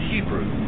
Hebrew